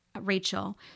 Rachel